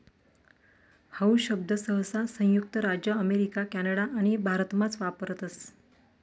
how शब्द सहसा संयुक्त राज्य अमेरिका कॅनडा आणि भारतमाच वापरतस